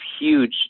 huge